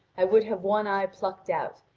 i would have one eye plucked out,